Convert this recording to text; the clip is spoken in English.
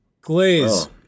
Glaze